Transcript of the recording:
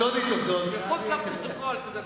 תדבר מחוץ לפרוטוקול.